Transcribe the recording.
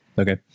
Okay